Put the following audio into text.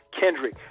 Kendrick